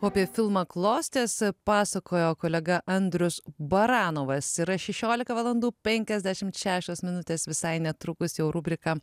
o apie filmą klostės pasakojo kolega andrius baranovas yra šešiolika valandų penkiasdešimt šešios minutės visai netrukus jau rubrika